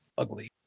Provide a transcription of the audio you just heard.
ugly